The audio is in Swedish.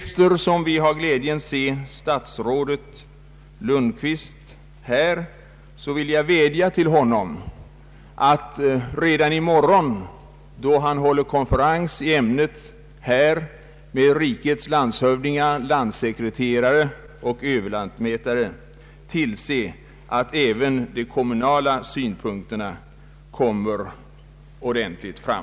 Eftersom vi har glädjen att se statsrådet Lundkvist här vill jag vädja till honom att redan i morgon, då han håller konferens i ämnet med rikets landshövdingar, landssekreterare och överlantmätare, tillse att även de kommunala. synpunkterna kommer ordentligt fram.